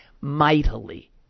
mightily